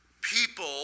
people